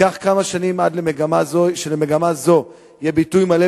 ייקח כמה שנים עד שלמגמה זו יהיה ביטוי מלא